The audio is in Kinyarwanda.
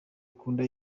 ikunda